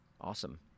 awesome